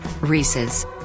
Reese's